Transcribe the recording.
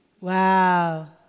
Wow